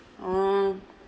oh